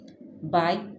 bye